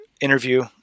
interview